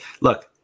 look